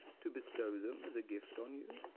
to bestow them as a gift on you?